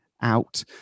out